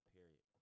Period